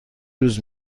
روز